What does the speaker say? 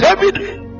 David